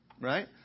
Right